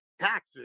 taxes